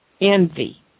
Envy